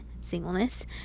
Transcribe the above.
singleness